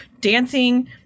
dancing